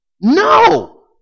No